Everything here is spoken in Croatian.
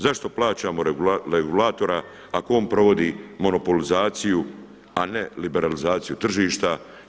Zašto plaćamo regulatora ako on provodi monopolizaciju, a ne liberalizaciju tržišta?